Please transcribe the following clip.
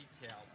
detail